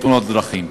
בתאונות דרכים.